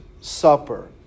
Supper